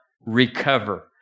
recover